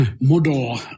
model